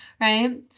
right